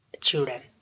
children